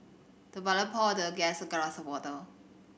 the butler poured the guest a glass of water